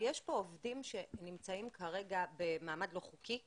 יש פה עובדים שנמצאים כרגע במעמד לא חוקי?